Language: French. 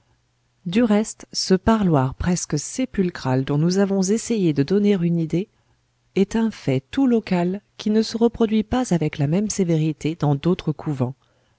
du reste ce parloir presque sépulcral dont nous avons essayé de donner une idée est un fait tout local qui ne se reproduit pas avec la même sévérité dans d'autres couvents